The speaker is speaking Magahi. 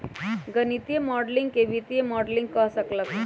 गणितीय माडलिंग के वित्तीय मॉडलिंग कह सक ल ह